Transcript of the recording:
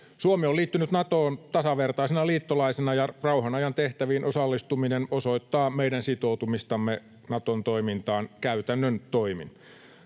Suomi on liittynyt Natoon tasavertaisena liittolaisena, ja rauhanajan tehtäviin osallistuminen osoittaa meidän sitoutumistamme Naton toimintaan käytännön toimin.